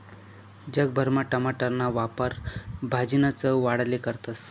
जग भरमा टमाटरना वापर भाजीना चव वाढाले करतस